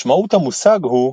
משמעות המושג הוא,